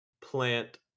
plant